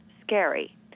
scary